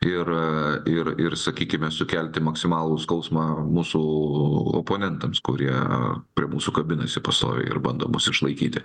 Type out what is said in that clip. ir ir ir sakykime sukelti maksimalų skausmą mūsų oponentams kurie prie mūsų kabinasi pastoviai ir bando mus išlaikyti